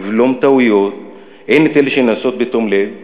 לבלום טעויות, הן את אלה שנעשות בתום לב,